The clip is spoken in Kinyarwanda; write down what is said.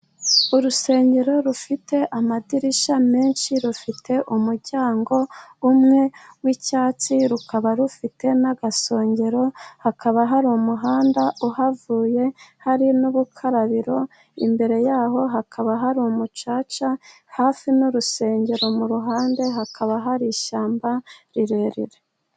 Urusengero rufite amadirishya menshi rufite umuryango umwe w'icyatsi, rukaba rufite n'agasongero hakaba hari umuhanda uhavuye hari n'urukarabiro, imbere y'aho hakaba hari umucaca hafi n'urusengero, mu ruhande hakaba hari ishyamba rirerire.